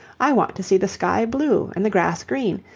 i want to see the sky blue and the grass green,